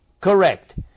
correct